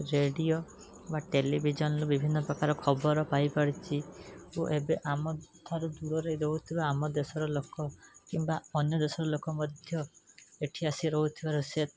radio ବା ଟେଲିଭିଜନ୍ରୁ ବିଭିନ୍ନ ପ୍ରକାର ଖବର ପାଇପାରୁଛି ଓ ଏବେ ଆମଠାରୁ ଦୂରରେ ରହୁଥିବା ଆମ ଦେଶର ଲୋକ କିମ୍ବା ଅନ୍ୟ ଦେଶର ଲୋକମଧ୍ୟ ଏଠି ଆସି ରହୁଥିବାର ସେ